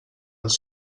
els